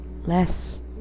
less